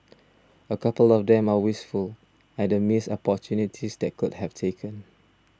a couple of them are wistful at the missed opportunities that they could have taken